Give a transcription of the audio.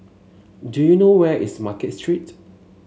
do you know where is Market Street